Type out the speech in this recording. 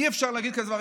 אי-אפשר להגיד כזה דבר,